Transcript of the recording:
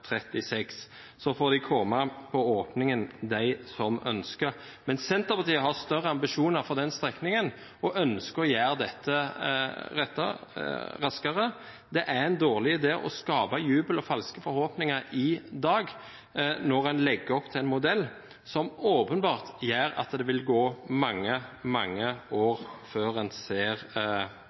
2036. Så får de komme på åpningen, de som ønsker. Senterpartiet har større ambisjoner for den strekningen og ønsker å gjøre dette raskere. Det er en dårlig idé å skape jubel og falske forhåpninger i dag, når en legger opp til en modell som åpenbart gjør at det vil gå mange, mange år før en ser